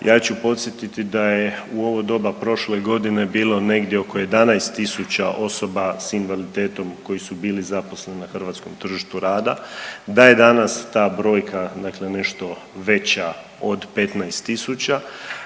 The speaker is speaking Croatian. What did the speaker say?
Ja ću podsjetiti da je u ovo doba prošle godine bilo negdje oko 11 tisuća osoba s invaliditetom koji su bili zaposleni na hrvatskom tržištu rada, da je danas ta brojka dakle nešto veća od 15